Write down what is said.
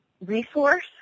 resource